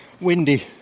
Windy